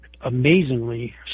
amazingly